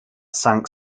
sank